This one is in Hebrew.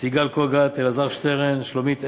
סיגל קוגוט ואלעזר שטרן, לשלומית ארליך,